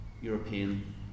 European